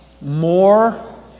More